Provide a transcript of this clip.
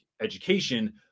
education